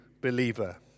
believer